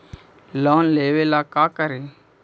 Loan लेबे ला का करि?